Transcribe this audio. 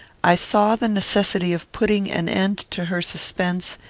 i saw the necessity of putting an end to her suspense,